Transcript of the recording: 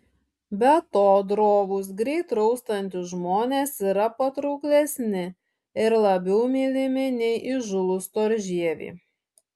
be to drovūs greit raustantys žmonės yra patrauklesni ir labiau mylimi nei įžūlūs storžieviai